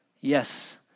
Yes